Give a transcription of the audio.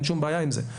אין שום בעיה עם זה,